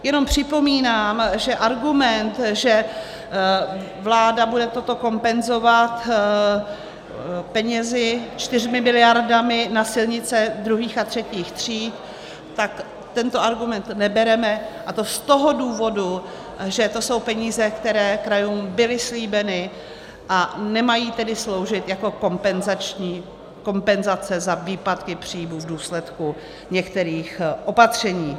Jenom připomínám, že argument, že vláda bude toto kompenzovat penězi, 4 mld. na silnice druhých a třetích tříd, tento argument nebereme, a to z toho důvodu, že to jsou peníze, které krajům byly slíbeny, a nemají tedy sloužit jako kompenzace za výpadky příjmů v důsledku některých opatření.